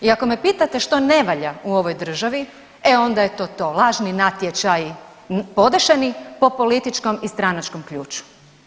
I ako me pitate što ne valja u ovoj državi, e onda je to to, lažni natječaji podešeni po političkom i stranačkom ključu.